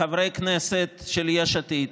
לחברי הכנסת של יש עתיד,